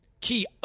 Key